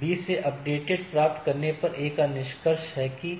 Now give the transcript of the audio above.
B से update प्राप्त करने पर A का निष्कर्ष है कि